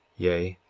yea,